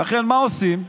לכן מה עושים?